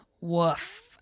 woof